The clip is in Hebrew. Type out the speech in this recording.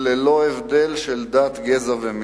ללא הבדל של דת, גזע ומין.